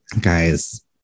guys